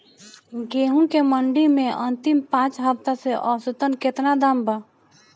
गेंहू के मंडी मे अंतिम पाँच हफ्ता से औसतन केतना दाम बा?